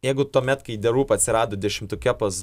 jeigu tuomet kai the roop atsirado dešimtuke pas